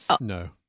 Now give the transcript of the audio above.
No